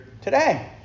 today